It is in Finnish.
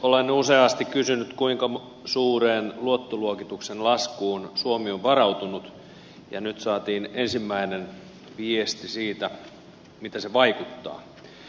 olen useasti kysynyt kuinka suureen luottoluokituksen laskuun suomi on varautunut ja nyt saatiin ensimmäinen viesti siitä miten se vaikuttaa